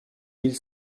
mille